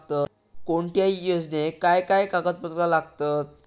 कोणत्याही योजनेक काय काय कागदपत्र लागतत?